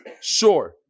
sure